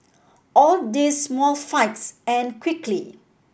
all these small fights end quickly